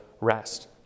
rest